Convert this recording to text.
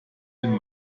den